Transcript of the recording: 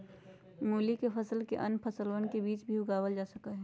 मूली के फसल के अन्य फसलवन के बीच भी उगावल जा सका हई